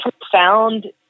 profound